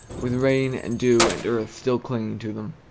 with rain and dew and earth still clinging to them,